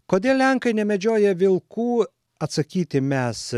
kodėl lenkai nemedžioja vilkų atsakyti mes